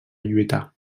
lluitar